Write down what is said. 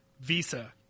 Visa